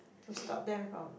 to stop them from